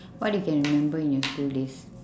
what you can remember in your school days